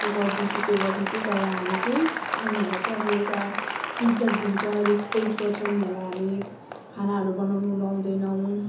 यो गरिदिन्छु त्यो गरिदिन्छु तर हामी चाहिँ उनीहरूलाई चाहिँ हामी एउटा इज्जत दिन्छ रेस्पेक्ट गर्छ उनीहरूलाई हामी खानाहरू बनाउनु लाउँदैनौँ